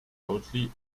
boldly